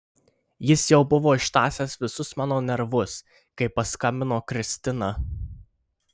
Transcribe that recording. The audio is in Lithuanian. jis jau buvo ištąsęs visus mano nervus kai paskambino kristina